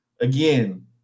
Again